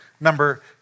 Number